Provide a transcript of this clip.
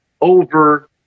over